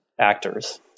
actors